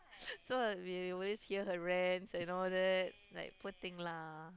so we always hear her rants and all that poor thing lah